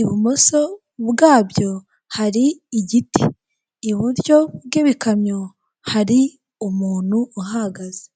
ibumoso bwabyo hari igiti iburyo bw'ibikamyo hari umuntu uhahagaze.